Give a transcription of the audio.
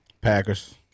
Packers